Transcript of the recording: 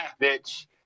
bitch